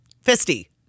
Fisty